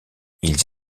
ils